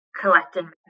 collecting